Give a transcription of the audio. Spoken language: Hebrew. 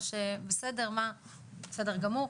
בסדר גמור.